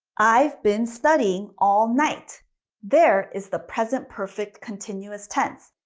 i've been studying all night there is the present perfect continuous tense.